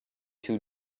too